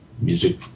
music